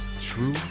True